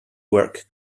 work